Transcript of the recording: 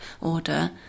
order